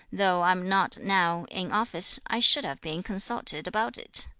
though i am not now in office, i should have been consulted about it